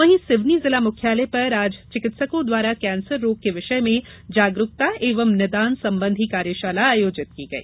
वहीं सिवनी जिला मुख्यालय पर आज चिकित्सकों द्वारा कैंसर रोग के विषय में जागरूकता एवं निदान संबंधी कार्यशाला आयोजित की गई